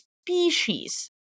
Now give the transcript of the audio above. species